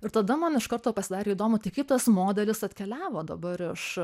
ir tada man iš karto pasidarė įdomu tik kaip tas modelis atkeliavo dabar iš